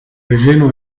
relleno